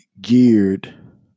geared